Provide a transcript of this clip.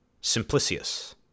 Simplicius